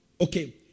Okay